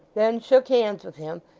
then shook hands with him,